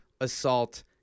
assault